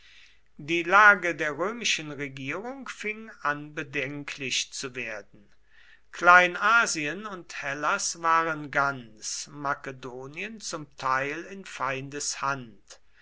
die lage der römischen regierung fing an bedenklich zu werden kleinasien und hellas waren ganz makedonien zum guten teil in feindeshand